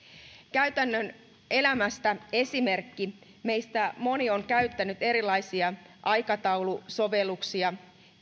käytännön elämästä esimerkki meistä moni on käyttänyt erilaisia aikataulusovelluksia